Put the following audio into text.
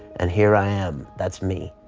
and here i am that's me